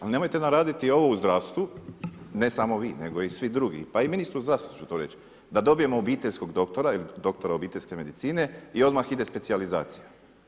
Ali nemojte nam raditi ovo u zdravstvu, ne samo vi, nego i svi drugi, pa i ministru zdravstva ću to reć, da dobijemo obiteljskog doktora, doktora obiteljske medicine i odmah ide specijalizacija.